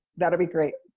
that'll be great.